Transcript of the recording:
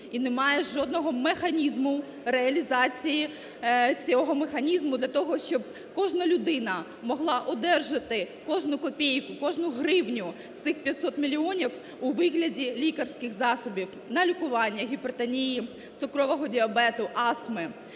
і немає жодного механізму реалізації цього механізму для того, щоб кожна людина могла одержати кожну копійку, кожну гривню з цих 500 мільйонів у вигляді лікарських засобів на лікування гіпертонії, цукрового діабету, астми.